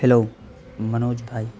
hello Manoj بھائی